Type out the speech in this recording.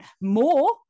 more